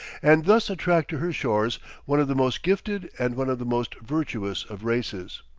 and thus attract to her shores one of the most gifted and one of the most virtuous of races.